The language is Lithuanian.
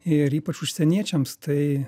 ir ypač užsieniečiams tai